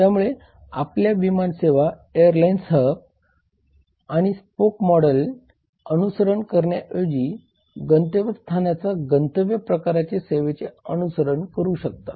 त्यामुळे आपल्या विमान सेवा एअरलाइन्स हब आणि स्पोक मॉडेलचे अनुसरण करण्याऐवजी गंतव्यस्थानाच्या गंतव्य प्रकारच्या सेवेचे अनुसरण करू शकतात